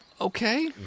Okay